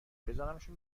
بزارمشون